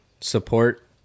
support